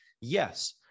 Yes